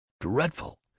dreadful